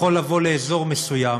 יכול לבוא לאזור מסוים,